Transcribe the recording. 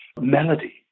melody